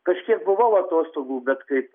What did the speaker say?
kažkiek buvau atostogų bet kaip